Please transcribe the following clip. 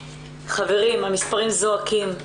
חברים, המספרים זועקים.